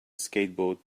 skateboard